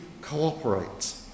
cooperate